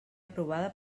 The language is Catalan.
aprovada